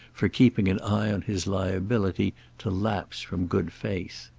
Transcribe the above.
for keeping an eye on his liability to lapse from good faith.